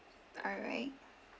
alright